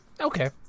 okay